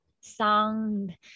sound